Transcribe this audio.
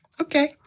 Okay